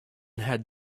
had